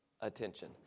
Attention